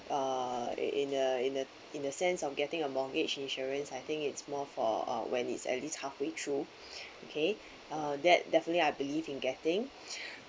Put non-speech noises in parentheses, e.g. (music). uh in a in a in a sense of getting a mortgage insurance I think it's more for uh when it's at least halfway through (breath) okay uh that definitely I believe in getting (breath)